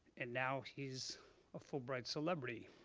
and now he's a fulbright celebrity.